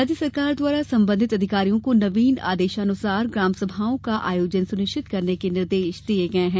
राज्य शासन द्वारा संबंधित अधिकारियों को नवीन आदेशानुसार ग्राम सभाओं का आयोजन सुनिश्चित करने के निर्देश दिये गये हैं